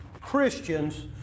Christians